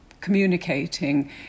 communicating